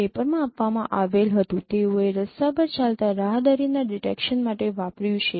તે પેપરમાં આપવા આવેલ હતું તેઓએ રસ્તા પર ચાલતા રાહદારી ના ડિટેકશન માટે વાપર્યું છે